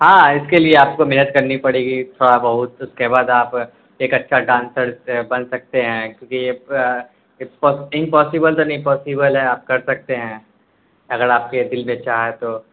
ہاں اس کے لیے آپ کو محنت کرنی پڑے گی تھوڑا بہت اس کے بعد آپ ایک اچھا ڈانسر بن سکتے ہیں کیونکہ امپاسیبل تو نہیں پاسیبل ہے آپ کر سکتے ہیں اگر آپ کے دل میں چاہت تو